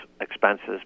expenses